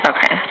Okay